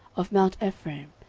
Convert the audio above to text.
of mount ephraim,